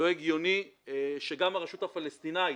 הרשות הפלסטינית,